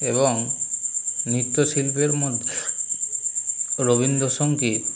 এবং নৃত্য শিল্পের মধ্যে রবীন্দ্র সংগীত